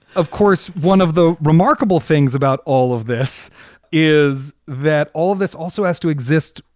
of course. one of the remarkable things about. all of this is that all of this also has to exist,